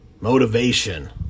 Motivation